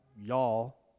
y'all